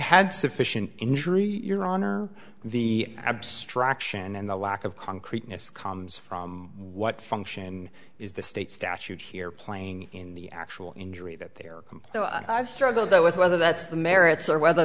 had sufficient injury your honor the abstraction and the lack of concreteness comes from what function is the state statute here playing in the actual injury that there though i've struggled though with whether that's the merits or whether